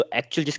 actual